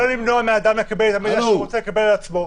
למנוע מאדם לקבל מידע שהוא רוצה לקבל על עצמו.